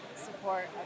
support